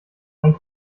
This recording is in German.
ein